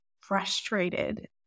frustrated